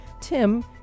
Tim